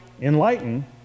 enlighten